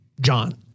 John